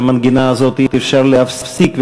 את המנגינה הזאת אי-אפשר להפסיק,